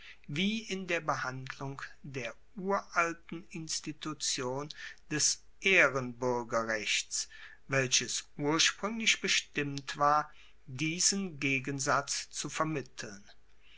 wie in der behandlung der uralten institution des ehrenbuergerrechts welches urspruenglich bestimmt war diesen gegensatz zu vermitteln